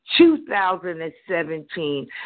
2017